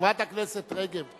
חברת הכנסת רגב,